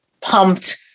pumped